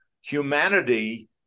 humanity